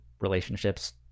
relationships